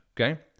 okay